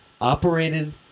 operated